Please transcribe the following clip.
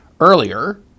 Earlier